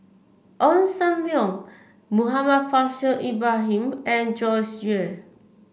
Ong Sam Leong Muhammad Faishal Ibrahim and Joyce Jue